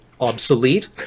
obsolete